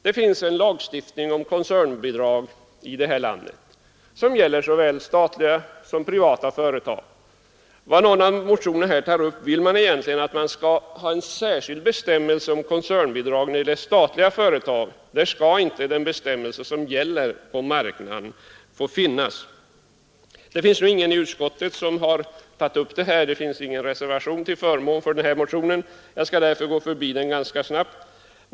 Det finns här i landet en lagstiftning om koncernbidrag som gäller för såväl statliga som privata företag. I några av motionerna vill man egentligen ha en särskild bestämmelse om koncernbidragen när det gäller statliga företag — där skall inte den bestämmelse som gäller på marknaden få finnas. Det är ju ingen i utskottet som har tagit upp detta — det finns ingen reservation till förmån för den här motionen — och jag skall därför gå förbi den ganska snabbt.